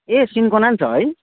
ए cinchona नि छ है